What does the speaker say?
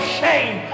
shame